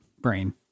brain